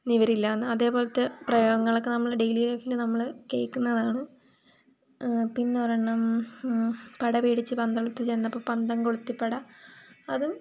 നിവരില്ലായെന്ന് അതേപോലത്തെ പ്രയോഗങ്ങങ്ങളൊക്കെ നമ്മൾ ഡെയിലി ലൈഫിൽ നമ്മൾ കേൾക്കുന്നതാണ് പിന്നൊരെണ്ണം പടപേടിച്ച് പന്തളത്തു ചെന്നപ്പം പന്തം കൊളുത്തിപ്പട